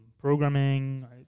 programming